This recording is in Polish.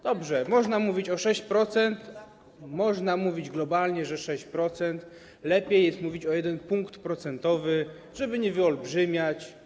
Dobrze, można mówić, że o 6%, można mówić globalnie, że 6%. Lepiej jest mówić: o 1 punkt procentowy, żeby nie wyolbrzymiać.